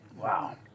Wow